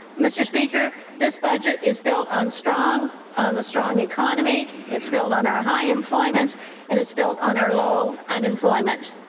mr. speaker, this budget is built on strong on the strong economy, it's built on our high employment and it's built on our low unemployment.